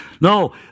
No